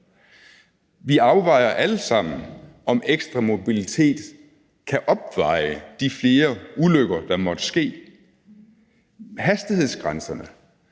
Vi afvejer alle sammen, om ekstra mobilitet kan opveje de flere ulykker, der måtte ske. Hastighedsgrænserne